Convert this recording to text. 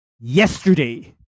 yesterday